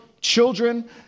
children